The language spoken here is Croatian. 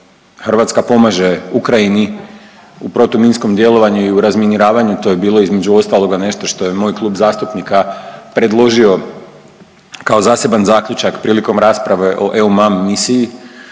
Hrvatska pomaže Ukrajini u protuminskom djelovanju i u razminiravanju to je bilo između ostaloga nešto što je moj klub zastupnika predložio kao zaseban zaključak prilikom rasprave o EUMAM misiji.